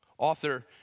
Author